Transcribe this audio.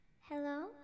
Hello